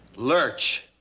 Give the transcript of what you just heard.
lurch,